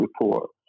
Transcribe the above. report